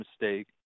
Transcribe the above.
mistake